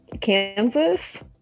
Kansas